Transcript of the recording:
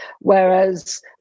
whereas